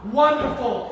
wonderful